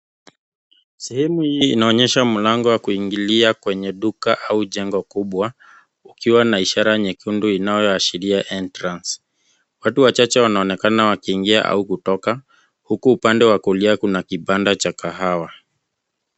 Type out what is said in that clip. Sehemu hii inaonyesha mlango wa kuingilia kwenye duka au jengo kubwa, kukiwa na ishara nyekundu inayoashiria Entrance . Watu wachache wanaonekana wakiingia au kutoka, huku upande wa kulia kuna kibanda cha kahawa.